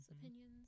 opinions